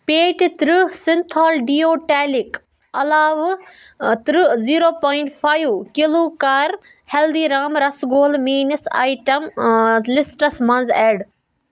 پیٚٹہٕ تٕرٛہ سِنتھال دِیو ٹٮ۪لِک علاوٕ تٕرٛہ زیٖرو پوینٛٹ فایِو کِلوٗ کر ہٮ۪لدی رام رسگول میٲنِس آیٹم میٲنِس آیٹم لِسٹَس منٛز اٮ۪ڈ